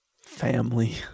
Family